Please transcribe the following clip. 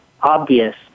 obvious